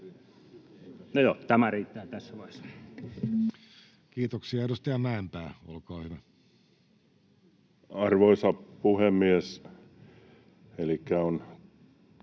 No joo, tämä riittää tässä vaiheessa. Kiitoksia. — Edustaja Mäenpää, olkaa hyvä. Arvoisa puhemies!